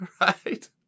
right